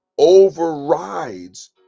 Overrides